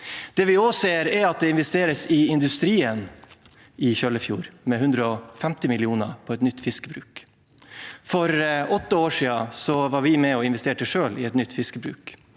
Det vi også ser, er at det investeres i industrien i Kjøllefjord, med 150 mill. kr i et nytt fiskebruk. For åtte år siden var vi selv med og investerte i et nytt fiskebruk